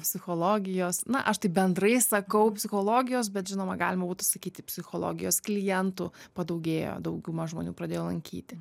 psichologijos na aš taip bendrai sakau psichologijos bet žinoma galima būtų sakyti psichologijos klientų padaugėjo dauguma žmonių pradėjo lankyti